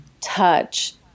touch